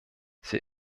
sie